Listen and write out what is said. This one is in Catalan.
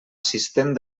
assistent